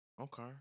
Okay